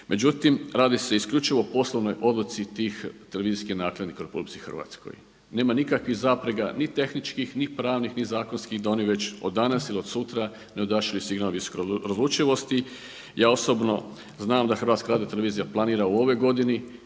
Međutim, radi se isključivo o poslovnoj odluci tih televizijskih nakladnika u RH. Nema nikakvih zapreka ni tehničkih ni pravnih ni zakonskih da oni već od danas ili od sutra ne odašilju signal visoke razlučivosti. Ja osobno znam da HRT planira u ovoj godini